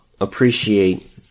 appreciate